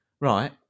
right